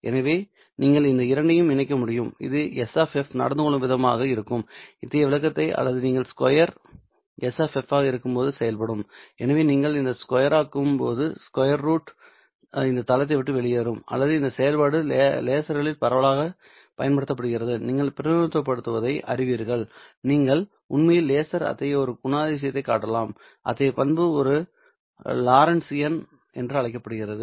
எனவே நீங்கள் இந்த இரண்டையும் இணைக்க முடியும் இது S நடந்து கொள்ளும் விதமாக இருக்கும் அத்தகைய விளக்கத்தை அல்லது நீங்கள் ஸ்கொயர் S ஆக இருக்கும்போது செயல்படும் எனவே நீங்கள் இதை ஸ்கொயராக்கும் போது ஸ்கொயர் ரூட் இந்த தளத்தை விட்டு வெளியேறும் அல்லது இந்த செயல்பாடு லேசர்களில் பரவலாக பயன்படுத்தப்படுகிறது நீங்கள் பிரதிநிதித்துவப்படுத்துவதை அறிவீர்கள் மேலும் நீங்கள் உண்மையில் லேசர்கள் அத்தகைய ஒரு குணாதிசயத்தை காட்டலாம் அத்தகைய பண்பு ஒரு லோரென்ட்ஜியன் என்று அழைக்கப்படுகிறது